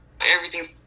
everything's